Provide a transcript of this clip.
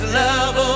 love